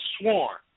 sworn